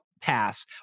pass